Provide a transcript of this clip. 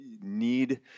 need